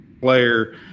player